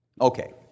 Okay